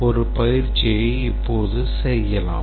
ஒரு பயிற்சியை இப்போது செய்யலாம்